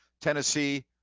Tennessee